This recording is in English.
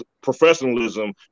professionalism